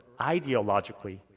ideologically